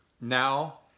now